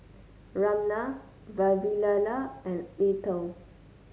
Ramnath Vavilala and Atal